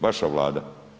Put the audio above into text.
Vaša Vlada.